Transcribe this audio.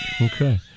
Okay